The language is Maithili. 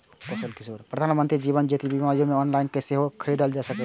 प्रधानमंत्री जीवन ज्योति बीमा योजना ऑनलाइन सेहो खरीदल जा सकैए